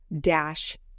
dash